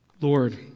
Lord